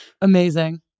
Amazing